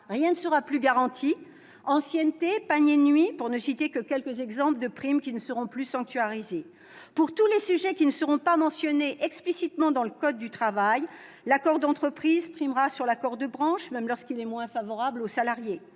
rien ne sera plus garanti : primes d'ancienneté, de panier, de nuit, pour ne citer que quelques exemples, ne seront plus sanctuarisées. Sur tous les sujets qui ne seront pas mentionnés explicitement dans le code du travail, l'accord d'entreprise prévaudra sur l'accord de branche, même lorsqu'il est moins favorable aux salariés